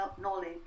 knowledge